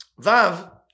Vav